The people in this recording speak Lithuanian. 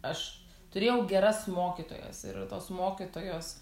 aš turėjau geras mokytojos ir tos mokytojos